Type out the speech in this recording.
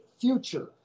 future